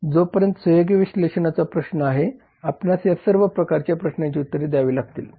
तर जोपर्यंत सहयोगी विश्लेषणाचा प्रश्न आहे आपणास या सर्व प्रकारच्या प्रश्नांची उत्तरे दयावी लागतील